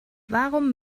warum